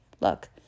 Look